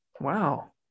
Wow